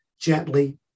gently